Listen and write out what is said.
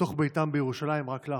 לתוך ביתם בירושלים רק לאחרונה.